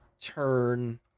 turn